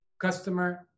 customer